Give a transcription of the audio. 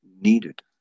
needed